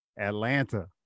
Atlanta